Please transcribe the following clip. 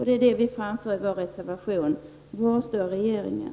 Det är detta vi begär i vår reservation. Var står regeringen?